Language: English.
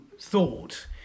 thought